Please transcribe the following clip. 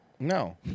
No